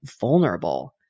vulnerable